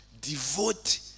devote